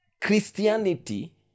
Christianity